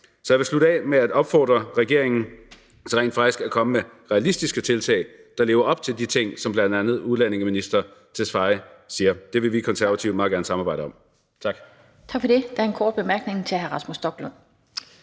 Så jeg vil slutte af med at opfordre regeringen til rent faktisk at komme med realistiske tiltag, der lever op til de ting, som bl.a. udlændinge- og integrationsministeren siger. Det vil vi Konservative meget gerne samarbejde om. Tak. Kl. 13:22 Den fg. formand (Annette Lind): Tak for det. Der er en kort bemærkning til hr. Rasmus Stoklund.